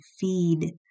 feed